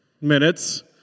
minutes